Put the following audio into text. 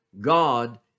God